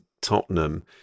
Tottenham